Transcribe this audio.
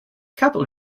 capital